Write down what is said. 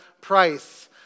price